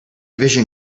vision